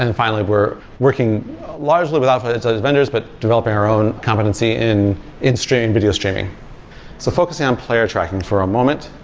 and finally, we're working largely without outside vendors, but developing our own competency in in streaming video streaming so focusing on player tracking for a moment,